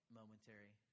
momentary